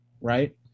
right